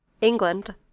England